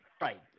Right